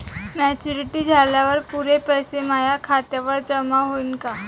Maturity झाल्यावर पुरे पैसे माया खात्यावर जमा होईन का?